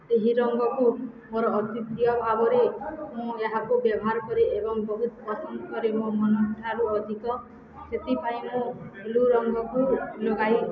ଏହି ରଙ୍ଗକୁ ମୋର ଅତି ପ୍ରିୟ ଭାବରେ ମୁଁ ଏହାକୁ ବ୍ୟବହାର କରେ ଏବଂ ବହୁତ ପସନ୍ଦ କରେ ମୋ ମନଠାରୁ ଅଧିକ ସେଥିପାଇଁ ମୁଁ ବ୍ଲୁ ରଙ୍ଗକୁ ଲଗାଏ